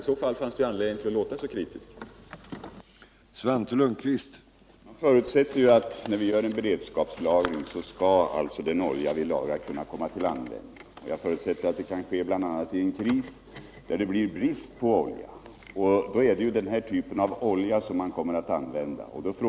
I så fall fanns det anledning att låta så kritisk som han lät!